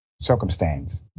circumstance